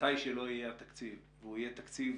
מתי שלא יהיה התקציב שיהיה תקציב